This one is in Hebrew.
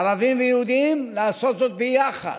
ערבים ויהודים, לעשות זאת ביחד.